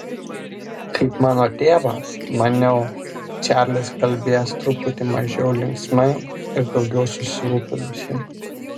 kaip mano tėvas maniau čarlis kalbės truputį mažiau linksmai ir daugiau susirūpinusiai